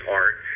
art